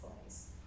place